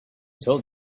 told